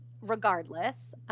regardless